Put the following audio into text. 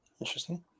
Interesting